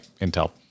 Intel